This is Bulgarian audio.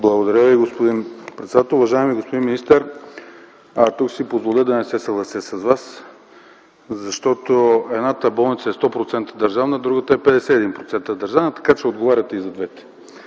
Благодаря, господин председател. Господин министър, тук ще си позволя да не се съглася с Вас, защото една болница е 100% държавна, а другата е 51% държавна, така че отговаряте и за двете.